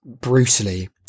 brutally